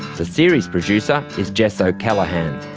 the series producer is jess o'callaghan,